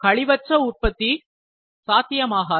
கழிவற்ற உற்பத்தி சாத்தியமாகாது